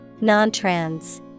Non-trans